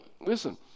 listen